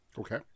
Okay